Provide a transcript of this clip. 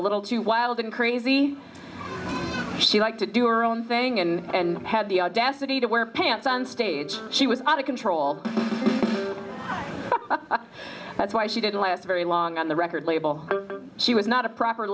a little too wild and crazy she like to do or own thing and had the audacity to wear pants on stage she was out of control that's why she didn't last very long on the record label she was not a proper